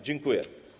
Dziękuję.